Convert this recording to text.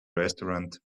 restaurant